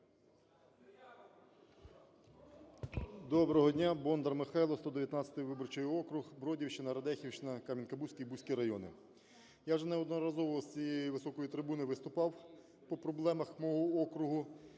Доброго дня! Бондар Михайло, 119-й виборчий округ, Бродівщина, Радехівщина, Кам'янка-Бузький і Бузький райони. Я вже неодноразово з цієї високої трибуни виступав по проблемах мого округу.